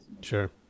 Sure